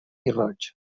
roig